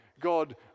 God